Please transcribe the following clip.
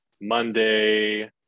Monday